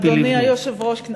אדוני היושב-ראש,